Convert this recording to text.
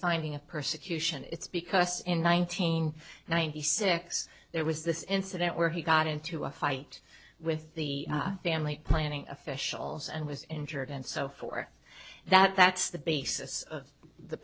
finding of persecution it's because in nineteen ninety six there was this incident where he got into a fight with the family planning officials and was injured and so for that that's the